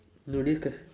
no this quest